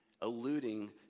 alluding